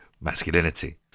masculinity